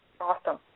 Awesome